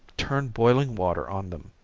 turn boiling water on them,